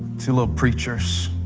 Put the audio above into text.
two little preachers,